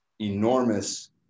enormous